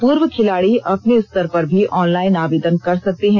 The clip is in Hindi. पूर्व खिलाड़ी अपने स्तर पर भी ऑनलाइन आवेदन कर सकते हैं